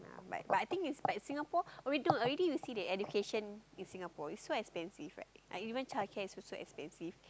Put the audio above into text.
but but I think its like Singapore already you see the education in Singapore is so expensive even childcare already so expensive